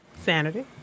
Sanity